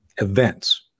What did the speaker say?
events